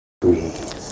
Breathe